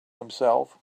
himself